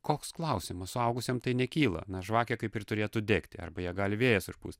koks klausimas suaugusiam tai nekyla nes žvakė kaip ir turėtų degti arba ją gali vėjas užpūst